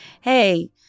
Hey